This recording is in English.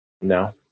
No